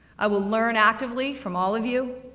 i will learn actively from all of you.